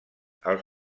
als